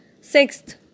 Sixth